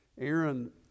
Aaron